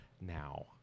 Now